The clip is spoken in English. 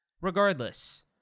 Regardless